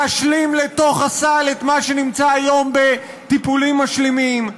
להשלים בתוך הסל את מה שנמצא היום בטיפולים משלימים,